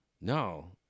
No